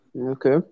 Okay